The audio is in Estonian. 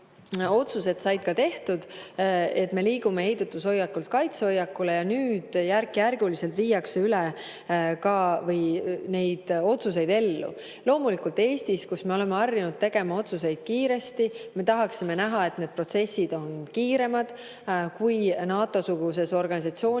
otsused tehtud, et me liigume heidutushoiakult kaitsehoiakule ja nüüd järk‑järgult viiakse neid otsuseid ellu. Loomulikult, Eestis me oleme harjunud tegema otsuseid kiiresti ja me tahaksime näha, et need protsessid on kiiremad, kui on NATO‑suguses organisatsioonis,